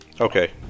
Okay